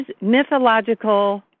mythological